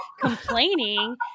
complaining